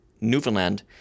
newfoundland